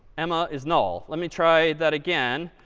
emma is null. let me try that again.